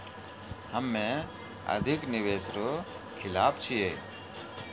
हम्मे अधिक निवेश रो खिलाफ छियै